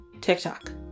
tiktok